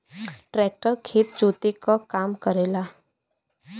tractor खेत जोते क काम करेला